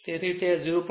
તેથી તે 0